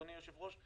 אדוני היושב-ראש,